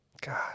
god